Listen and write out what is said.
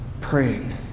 praying